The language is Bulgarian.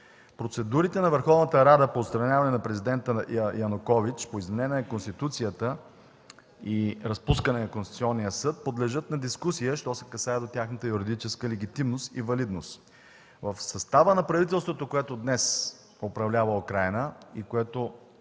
Процедурите на Върховната Рада по отстраняване на президента Янукович, по изменение на Конституцията и разпускане на Конституционния съд, подлежат на дискусия, що се касае до тяхната юридическа легитимност и валидност. В състава на правителството, което днес управлява Украйна и което